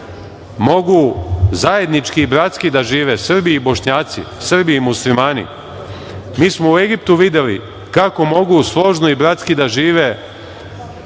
mogu zajednički i bratski da žive Srbi i Bošnjaci, Srbi i muslimani. Mi smo u Egiptu videli kako mogu složno i bratski da žive